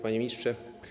Panie Ministrze!